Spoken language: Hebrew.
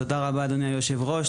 תודה רבה, אדוני היושב ראש.